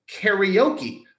karaoke